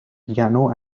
piano